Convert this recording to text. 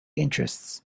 interests